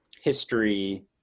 history